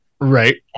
Right